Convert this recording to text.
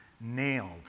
nailed